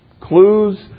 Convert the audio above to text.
Clues